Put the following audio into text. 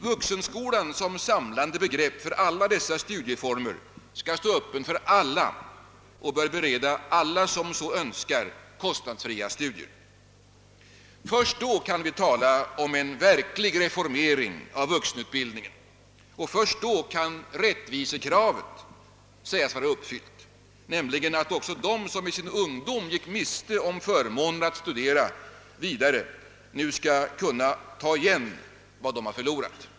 Vuxenskolan som samlande begrepp för alla dessa studieformer skall stå öppen för alla och bör bereda alla som så önskar kostnadsfria studier. Endast då kan vi tala om en verklig reformering av vuxenutbildningen och först då kan rättvisekravet sägas vara uppfyllt genom att de. som i sin ungdom. gick miste om förmånen att studera vidare nu kan ta igen vad de förlorat.